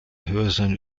höheren